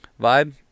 vibe